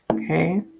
Okay